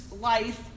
life